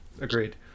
Agreed